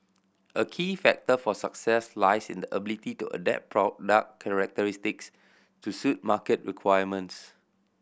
a key factor for success lies in the ability to adapt product characteristics to suit market requirements